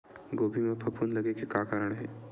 गोभी म फफूंद लगे के का कारण हे?